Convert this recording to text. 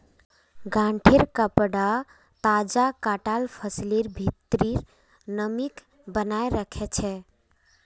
गांठेंर कपडा तजा कटाल फसलेर भित्रीर नमीक बनयें रखे छै